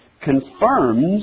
confirms